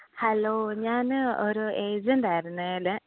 hello ഞാൻ ഒരു agent ആയിരുന്നേ ല്